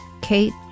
Kate